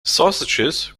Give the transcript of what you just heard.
sausages